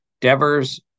Devers